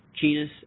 genus